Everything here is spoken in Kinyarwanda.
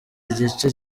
igice